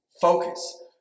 focus